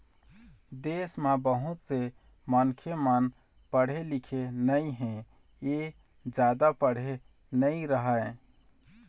देश म बहुत से मनखे मन पढ़े लिखे नइ हे य जादा पढ़े नइ रहँय